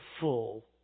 full